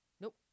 Nope